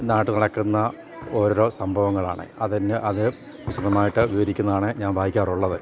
നാട്ടിൽ നടക്കുന്ന ഓരോ സംഭവങ്ങളാണ് അത് തന്നെ അത് വിശധമായിട്ട് വിവരിക്കുന്നതാണ് ഞാൻ വായിക്കാറുള്ളത്